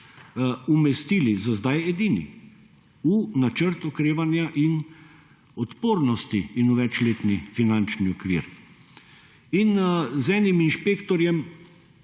umestili za sedaj edini v načrt okrevanja in odpornosti in v več letni finančni okvir. Z enim inšpektorjem